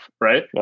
right